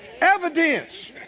evidence